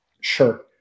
Sure